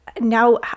now